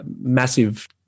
massive